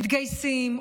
מתגייסים,